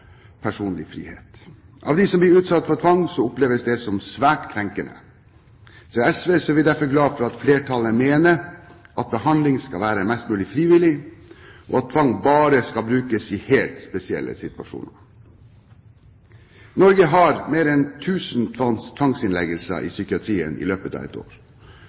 personlig frihet. Av dem som blir utsatt for tvang, oppleves det som svært krenkende. Vi i SV er derfor glad for at flertallet mener at behandling skal være mest mulig frivillig, og at tvang bare skal brukes i helt spesielle situasjoner. Norge har mer enn 1 000 tvangsinnleggelser i psykiatrien i løpet av et år.